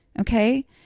Okay